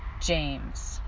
James